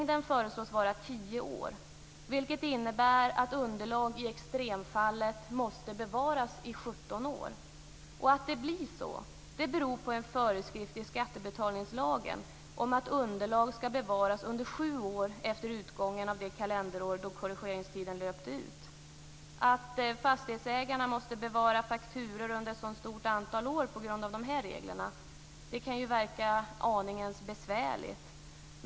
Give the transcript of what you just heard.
Denna föreslås vara tio år, vilket innebär att underlag i extremfallet måste bevaras i 17 år. Att det blir så beror på en föreskrift i skattebetalningslagen om att underlag ska bevaras under sju år efter utgången av det kalenderår då korrigeringstiden löpte ut. Att fastighetsägaren under ett så stort antal år måste bevara fakturor på grund av de här reglerna kan verka aningen besvärligt.